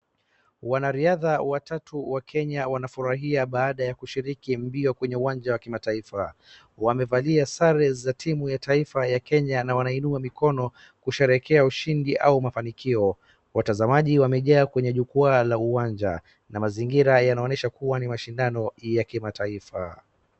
Wanariadha watatu wa Kenya wanafurahia baada ya kushiriki mbio kwenye uwanja wa kimataifa, wamevalia sare za timu ya taifa ya Kenya na wanainua mikono kusherehekea ushindi au mafanikio, watazamaji wamejaa kwenye jukwaa la uwanja na mazingira yanaonyesha kuwa ni mashindano ya kimataifa.